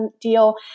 deal